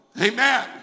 Amen